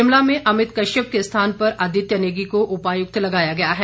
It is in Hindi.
शिमला में अमित कश्यप के स्थान पर आदित्य नेगी को उपायुक्त लगाया गया है